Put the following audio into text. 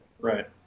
Right